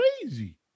crazy